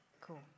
Cool